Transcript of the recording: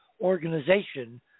organization